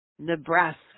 Nebraska